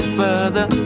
further